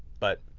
but